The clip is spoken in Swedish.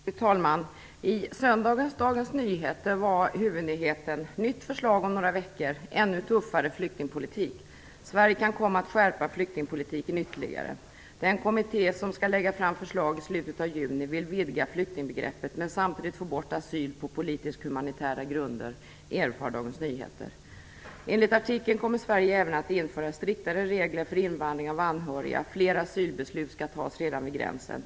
Fru talman! I söndagens Dagens Nyheter var huvudnyheten: "Nytt förslag om några veckor: Ännu tuffare flyktingpolitik. Sverige kan komma att skärpa flyktingpolitiken ytterligare. Den kommitté som skall lägga fram förslag i slutet av juni vill vidga flyktingbegreppet, men samtidigt få bort asyl på politiskhumanitära grunder, erfar DN." Enligt artikeln kommer Sverige även att införa striktare regler för invandring av anhöriga, och fler asylbeslut skall tas redan vid gränsen.